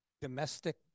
domestic